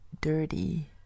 dirty